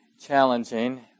challenging